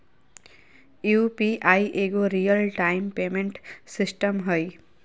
UPI एगो real time payment system हइ